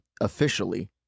Officially